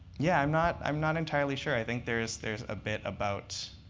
yeah, i'm not i'm not entirely sure. i think there is there is a bit about